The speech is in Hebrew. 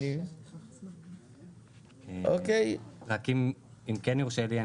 רק אם יורשה לי,